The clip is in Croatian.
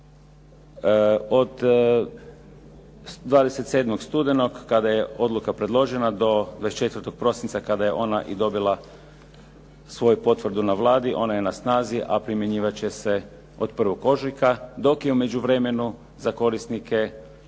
Od 27. studenog kada je odluka predložena do 24. prosinca kada je i ona dobila svoju potvrdu na Vladi ona je na snazi, a primjenjivat će se od 1. ožujka dok je u međuvremenu za korisnike,